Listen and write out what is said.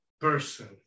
person